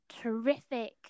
terrific